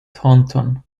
thornton